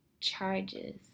charges